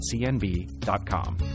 cnb.com